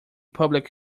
public